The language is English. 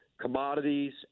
commodities